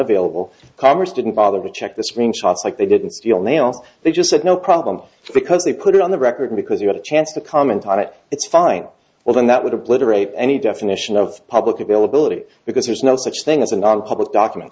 available congress didn't bother to check the screen shots like they didn't steal nails they just said no problem because they put it on the record because you had a chance to comment on it it's fine well then that would obliterate any definition of public availability because there's no such thing as a nonpublic document